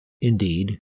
Indeed